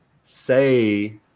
say